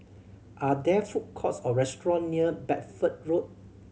are there food courts or restaurant near Bedford Road